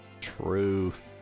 Truth